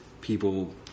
people